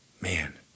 Man